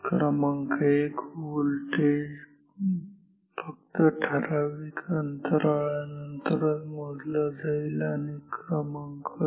क्रमांक 1 व्होल्टेज फक्त ठराविक डिस्क्रिट अंतराळा नंतरच मोजला जाईल आणि क्रमांक 2